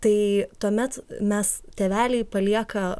tai tuomet mes tėveliai palieka